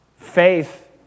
faith